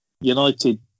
United